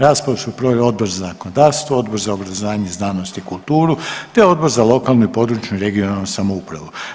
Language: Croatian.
Raspravu su proveli Odbor za zakonodavstvo, Odbor za obrazovanje, znanost i kulturu te Odbor za lokalnu i područnu i regionalnu samoupravu.